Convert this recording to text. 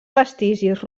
vestigis